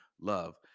love